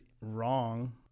wrong